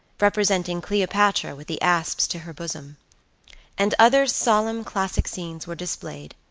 representing cleopatra with the asps to her bosom and other solemn classic scenes were displayed,